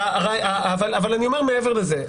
אבל אני אומר מעבר לזה,